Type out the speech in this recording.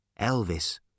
Elvis